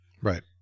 Right